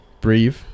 breathe